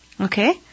okay